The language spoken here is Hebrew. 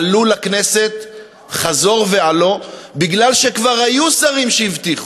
עלו לכנסת חזור ועלה בגלל שכבר היו שרים שהבטיחו,